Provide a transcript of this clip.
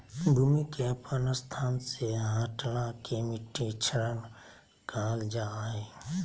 भूमि के अपन स्थान से हटला के मिट्टी क्षरण कहल जा हइ